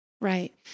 Right